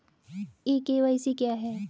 ई KYC क्या है?